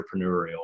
entrepreneurial